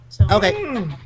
Okay